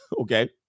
okay